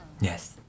Yes